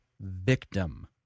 victim